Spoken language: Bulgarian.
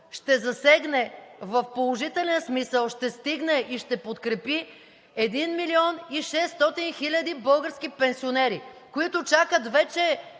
ще засегне в положителен смисъл, ще стигне и ще подкрепи един 1 милион 600 хиляди български пенсионери, които чакат вече